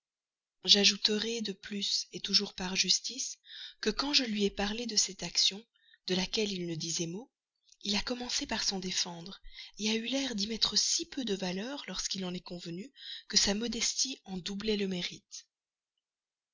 j'ajouterai de plus toujours par justice que lorsque je lui ai parlé de cette action de laquelle il ne disait mot il a commencé par s'en défendre a eu l'air d'y mettre si peu de valeur lorsqu'il en est convenu que sa modestie en doublait le mérite